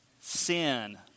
sin